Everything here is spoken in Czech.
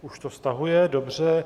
Už to stahuje, dobře.